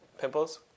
Pimples